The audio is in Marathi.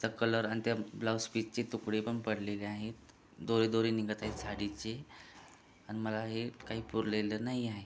तर कलर आणि त्या ब्लाऊस पिचचे तुकडे पण पडलेले आहेत दोरे दोरे निघत आहेत साडीचे आणि मला हे काही पुरलेलं नाही आहे